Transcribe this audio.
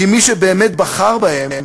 כי מי שבאמת בחר בהם,